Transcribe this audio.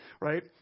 right